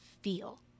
Feel